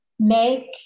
make